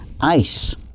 Ice